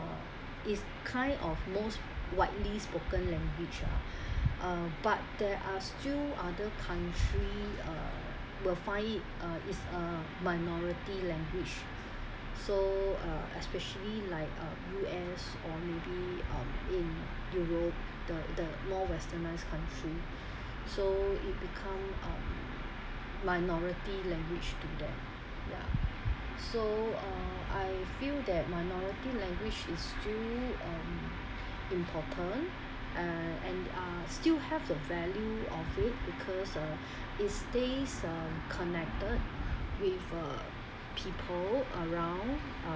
uh is a kind of most widely spoken language ah uh but there are still other country uh will find it a is a minority language so uh especially like uh U_S or maybe um in europe the the more westernize country so it become um minority language to them ya so uh I feel that minority language is still um important uh and uh still have the value of it because uh it stays um connected with uh people around